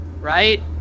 Right